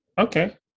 Okay